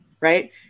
Right